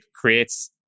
creates